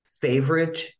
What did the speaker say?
favorite